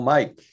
Mike